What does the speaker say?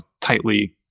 tightly